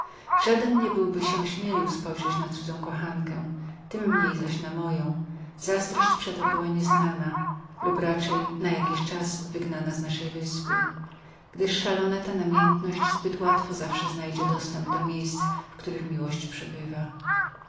żaden nie byłby się ośmielił rzucić wzrok na cudzą kochankę tem mniej zaś na moją zazdrość przeto była nieznaną lub raczej najakiś czas wygnaną z naszej wyspy gdyż szalona ta namiętność zbyt łatwo zawsze znajdzie wstęp do miejsc w których miłość przebywa